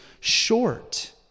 short